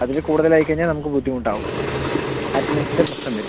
അതിൽ കൂടുതൽ ആയി കഴിഞ്ഞാൽ നമുക്ക് ബുദ്ധിമുട്ടാകും അറ്റൻഡൻസിൻ്റെ പ്രശ്നം വരും